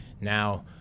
Now